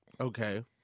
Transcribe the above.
Okay